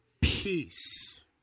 peace